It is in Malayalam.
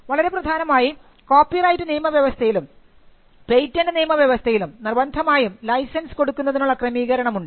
വളരെ പ്രധാനമായി കോപ്പിറൈറ്റ് നിയമവ്യവസ്ഥയിലും പേറ്റന്റ് നിയമവ്യവസ്ഥയിലും നിർബന്ധമായും ലൈസൻസ് കൊടുക്കുന്നതിനുള്ള ക്രമീകരണം ഉണ്ട്